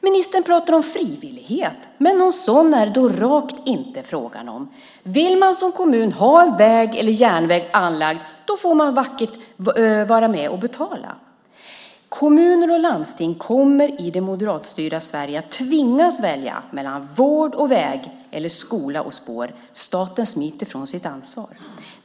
Ministern talar om frivillighet. Men någon sådan är det då rakt inte fråga om. Vill man som kommun ha en väg eller en järnväg anlagd får man vackert vara med och betala. Kommuner och landsting kommer i det moderatstyrda Sverige att tvingas välja mellan vård och väg eller skola och spår. Staten smiter från sitt ansvar.